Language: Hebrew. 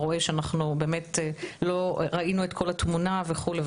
רואה שאנחנו באמת לא ראינו את כל התמונה וכו'.